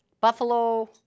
Buffalo